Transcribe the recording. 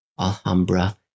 Alhambra